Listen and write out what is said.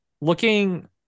looking